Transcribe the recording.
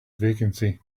vacancy